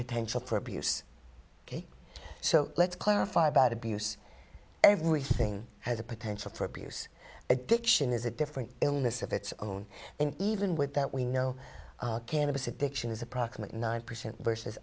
potential for abuse ok so let's clarify about abuse everything has a potential for abuse addiction is a different illness of its own and even with that we know cannabis addiction is approximately nine percent v